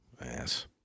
Ass